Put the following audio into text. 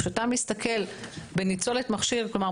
כשאתה מסתכל בניצולת מכשיר כלומר,